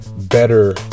better